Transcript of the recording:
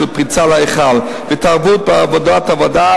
"פריצה להיכל" והתערבות בעבודת הוועדה,